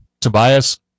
Tobias